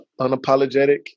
unapologetic